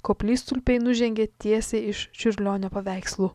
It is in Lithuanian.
koplytstulpiai nužengė tiesiai iš čiurlionio paveikslų